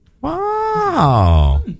Wow